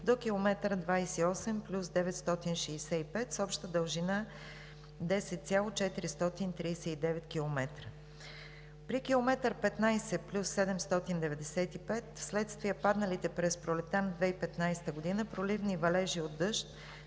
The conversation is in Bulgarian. до км 28+965 с обща дължина 10,439 км. При км 15+795 вследствие падналите през пролетта на 2015 г. проливни валежи от дъжд